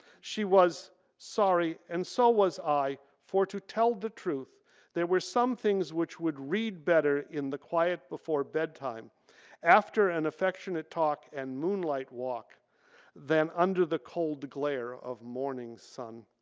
she was sorry and so was i for to tell the truth there were some things which would read better in the quiet before bedtime after an and affectionate talk and moonlight walk than under the cold glare of morning sun.